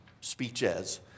speeches